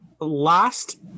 last